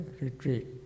retreat